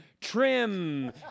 trim